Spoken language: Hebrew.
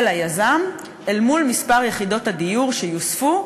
ליזם אל מול מספר יחידות הדיור שיוספו,